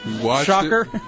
Shocker